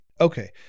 Okay